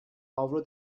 avro